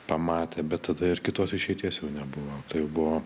pamatė bet tada ir kitos išeities jau nebuvo tai buvo